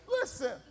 Listen